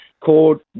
called